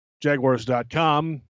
jaguars.com